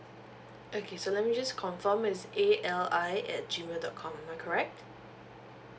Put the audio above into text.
okay so let me just confirm is A L I at G mail dot com am I correct